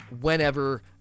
whenever